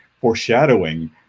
foreshadowing